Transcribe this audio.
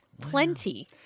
plenty